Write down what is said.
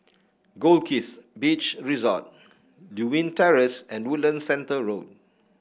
Goldkist Beach Resort Lewin Terrace and Woodlands Centre Road